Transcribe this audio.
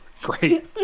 Great